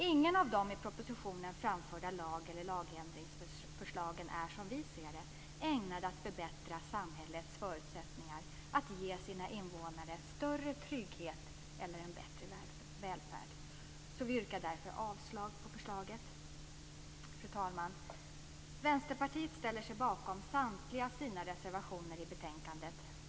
Ingen av de i propositionen framförda lag eller lagändringsförslagen är som vi ser det ägnade att förbättra samhällets förutsättningar att ge sina invånare större trygghet eller en bättre välfärd. Vi yrkar därför avslag på förslaget. Fru talman! Vänsterpartiet ställer sig bakom samtliga sina reservationer i betänkandet.